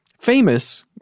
famous